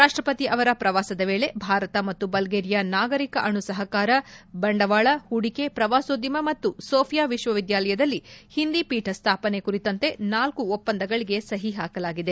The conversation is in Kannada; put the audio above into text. ರಾಷ್ಟ ಪತಿ ಅವರ ಪ್ರವಾಸದ ವೇಳೆ ಭಾರತ ಮತ್ತು ಬಲ್ಲೇರಿಯಾ ನಾಗರಿಕ ಅಣು ಸಹಕಾರ ಬಂಡವಾಳ ಹೂಡಿಕೆ ಪ್ರವಾಸೋದ್ಯಮ ಮತ್ತು ಸೋಫಿಯಾ ವಿಶ್ವವಿದ್ಯಾಲಯದಲ್ಲಿ ಹಿಂದಿ ಪೀಠ ಸ್ಥಾಪನೆ ಕುರಿತಂತೆ ನಾಲ್ಕು ಒಪ್ಪಂದಗಳಿಗೆ ಸಹಿ ಹಾಕಲಾಗಿದೆ